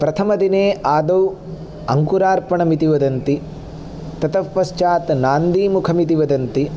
प्रथमदिने आदौ अङ्कुरार्पणम् इति वदन्ति ततः पश्चात् नान्दीमुखम् इति वदन्ति